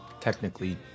technically